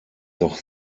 doch